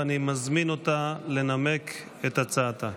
ואני מזמין אותה לנמק את הצעתה.